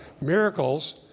miracles